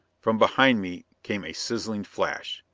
from behind me came a sizzling flash,